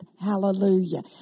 Hallelujah